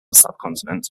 subcontinent